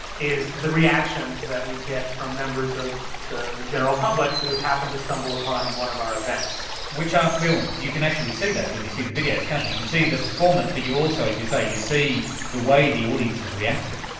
is the reactions that we get from members of the general public who happen to stumble upon one of our events. which are filmed you can actually see those when you see the videos can't you? you can see the performance, but you also, as you say, you see the way the audience is reacting.